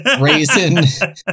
Raisin